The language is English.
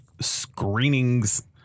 screenings